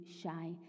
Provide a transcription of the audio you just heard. shy